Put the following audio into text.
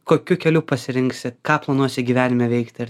kokiu keliu pasirinksi ką planuosi gyvenime veikti ar